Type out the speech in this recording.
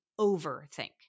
overthink